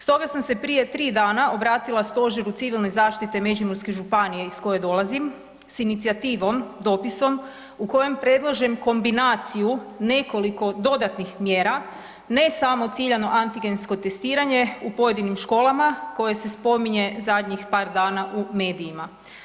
Stoga sam se prije 3 dana obratila Stožeru civilne zaštite Međimurske županije iz koje dolazim s inicijativom, dopisom u kojem predlažem kombinaciju nekoliko dodatnih mjera, ne samo ciljano antigensko testiranje u pojedinim školama koje se spominje zadnjih par dana u medijima.